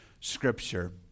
scripture